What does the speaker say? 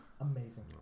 amazing